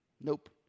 Nope